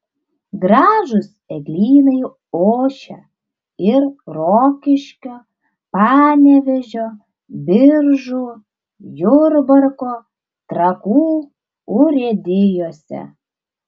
gražūs eglynai ošia ir rokiškio panevėžio biržų jurbarko trakų urėdijose